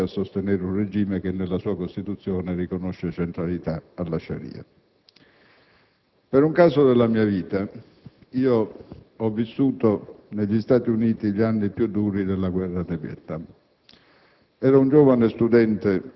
Aggiungo che non si mandano truppe a sostenere un regime che nella sua Costituzione riconosce centralità alla *Sharia*. Per un caso della mia vita ho vissuto negli Stati Uniti gli anni più duri della guerra del Vietnam: